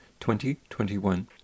2021